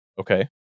Okay